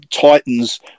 Titan's